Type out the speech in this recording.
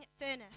furnace